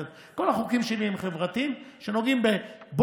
כל החוקים שלי הם חברתיים שנוגעים בו,